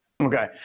Okay